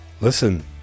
Listen